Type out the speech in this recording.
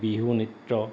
বিহু নৃত্য